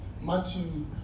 Matthew